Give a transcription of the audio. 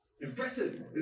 Impressive